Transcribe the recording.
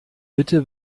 bitte